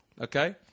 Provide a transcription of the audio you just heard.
Okay